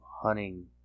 hunting